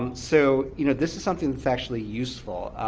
um so you know this is something that's actually useful.